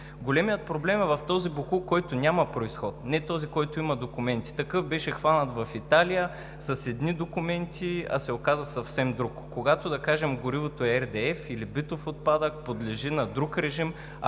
Големият проблем е в този боклук, който няма произход, не този, който има документи. Такъв беше хванат в Италия, с едни документи, а се оказа съвсем друг. Когато, да кажем, горивото е RDF или битов отпадък, подлежи на друг режим,